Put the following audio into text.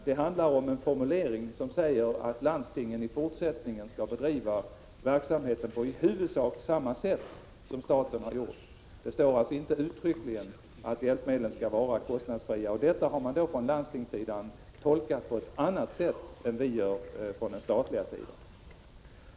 Det finns i detta avtal en formulering som säger att landstingen i fortsättningen skall bedriva verksamheten på i huvudsak samma sätt som staten har gjort. Det står alltså inte uttryckligen att hjälpmedlen skall vara kostnadsfria. Detta har man från landstingens sida tolkat på ett annat sätt än vi från den statliga sidan gör.